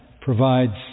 provides